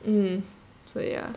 mm so ya